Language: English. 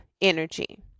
energy